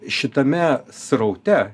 šitame sraute